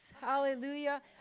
hallelujah